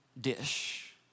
dish